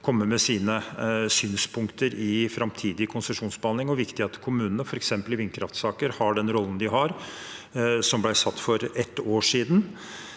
komme med sine synspunkter i framtidig konsesjonsbehandling, og det er viktig at kommunene, f.eks. i vindkraftsaker, har den rollen de har, som ble satt for ett år siden.